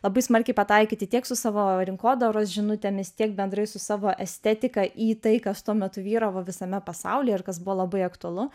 labai smarkiai pataikyti tiek su savo rinkodaros žinutėmis tiek bendrai su savo estetika į tai kas tuo metu vyravo visame pasaulyje ir kas buvo labai aktualu